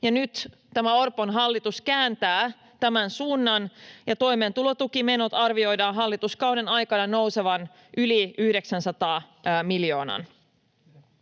nyt tämä Orpon hallitus kääntää tämän suunnan ja toimeentulotukimenojen arvioidaan hallituskauden aikana nousevan yli 900 miljoonan.